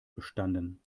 bestanden